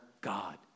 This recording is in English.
God